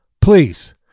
Please